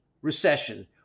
recession